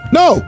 no